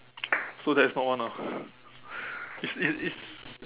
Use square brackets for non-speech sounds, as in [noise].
so that's not one ah [breath] it's it's it's